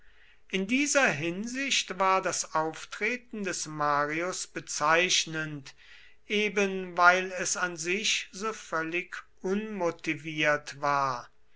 in dieser hinsicht war das auftreten des marius bezeichnend eben weil es an sich so völlig unmotiviert war